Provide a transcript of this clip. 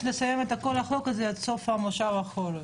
לסיים את כל החוק הזה עד סוף מושב החורף.